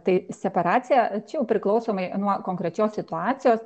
tai separacija čia jau priklausomai nuo konkrečios situacijos